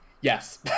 Yes